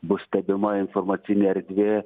bus stebima informacinė erdvė